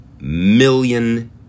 million